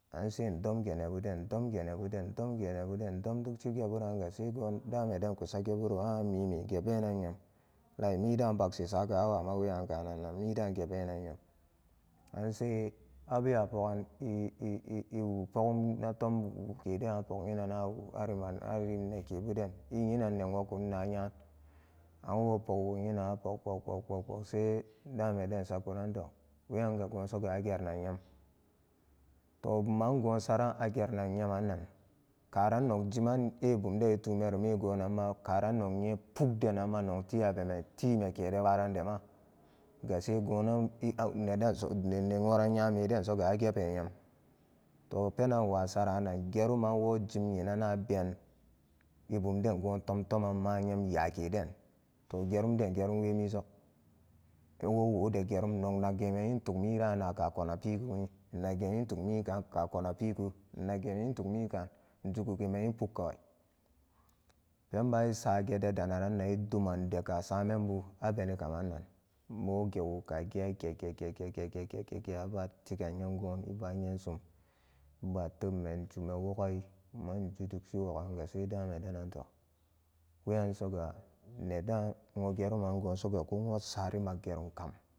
An se ndom ge nebuden ndom ge nebuden ndomge nebaden indom duk shirangan se goon daame den kusageburoon an anmime ge benan nyam wallahi midaan bag shi saga bewa wenan wenan kaanannan midaan ge benan nyam anse abewa pogan i'i wu pogum na tom den wukede apok nyinanawu har nma harnekebu den i nyinan ne wokun na nyan an wopol wo nyinan a pok pok pok pok se dameden sakuran soga toh weyan ga goon soga a geranan nyam toh buma goonsaran a geranan nyaman karan nok jima e bumden i tuun meru megoonan karan nok nyen puk denanma nok tiyabeme time ke pbasaran dema ga se gonan i a nede sone woran nyanbe den soga age pe nyam toh penan nwa saran an karan wo jim nyinana a ben i bumden goon tom toman ma nyam yakeden gerum de gerum wemi so wo wo de gerum nok nak nyin tuk bena na ka kona pigu naage yin tuk njugu ge nyin puk kawai penban i sa ge dedanaran i duman ge ka sami a beni kamannan wo gero kagi a gewoka a gee gee gee gee a batigan nyam goonbu ibanya sun iba tem ne jusuma wogi buman nju duksi wogan se dame denan toh weyan soge neden a woo gerumanan goonsoga ku woot sari maggerum kam.